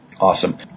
Awesome